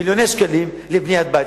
מיליוני שקלים לבניית בית.